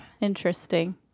Interesting